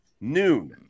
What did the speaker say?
Noon